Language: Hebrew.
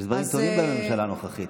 יש דברים טובים בממשלה הנוכחית.